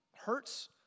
hurts